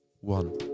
one